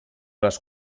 les